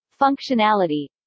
functionality